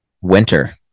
winter